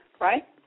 right